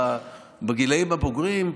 בגילים הבוגרים,